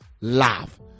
love